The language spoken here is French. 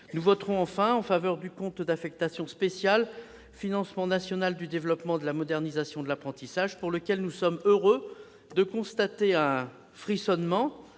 Nous voterons, enfin, en faveur du compte d'affectation spéciale « Financement national du développement et de la modernisation de l'apprentissage ». Nous sommes heureux de constater un frissonnement